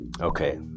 Okay